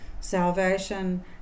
salvation